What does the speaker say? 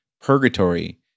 purgatory